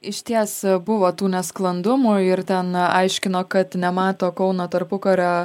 išties buvo tų nesklandumų ir ten aiškino kad nemato kauno tarpukario